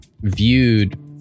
viewed